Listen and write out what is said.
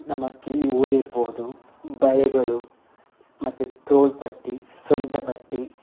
ನಮ್ಮ ಕಿವಿ ಓಲೆ ಇರ್ಬೋದು ಬಳೆಗಳು ಮತ್ತು ತೋಳಪಟ್ಟಿ ಸೊಂಟಪಟ್ಟಿ